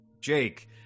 Jake